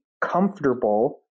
comfortable